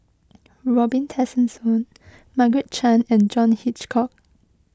Robin Tessensohn Margaret Chan and John Hitchcock